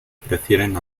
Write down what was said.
prefieren